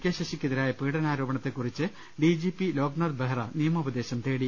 K ശശിക്കെതിരായ പീഡനാരോപണ ത്തെകുറിച്ച് D G P Loknath Behera നിയമോപദേശം തേടി